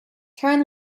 turn